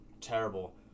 terrible